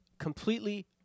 completely